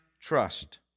trust